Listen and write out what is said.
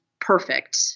perfect